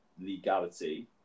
legality